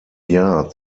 jahr